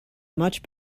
much